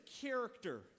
character